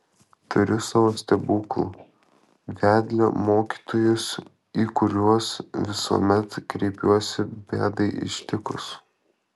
turiu savo stebuklų vedlio mokytojus į kuriuos visuomet kreipiuosi bėdai ištikus